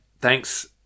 thanks